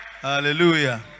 Hallelujah